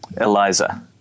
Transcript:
Eliza